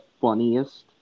funniest